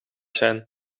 zijn